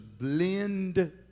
blend